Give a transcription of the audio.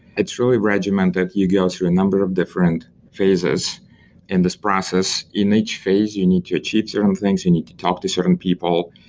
it's really regimented. you go through a number of different phases in this process. in each phase you need to achieve certain things, you need to talk to certain people.